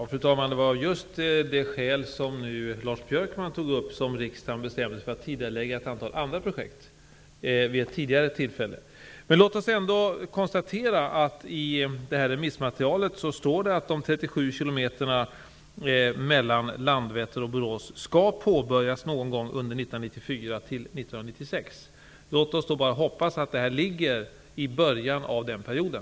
Fru talman! Det var av just det skäl som Lars Björkman nu tog upp som riksdagen vid ett tidigare tillfälle bestämde sig för att tidigarelägga ett antal andra projket. Vi kan ändå konstatera att det står skrivet i remissmaterialet att utbyggnaden av de 37 kilometer väg som går mellan Landvetter och Borås skall påbörjas någon gång mellan 1994 och 1996. Låt oss hoppas att det sker i början av perioden.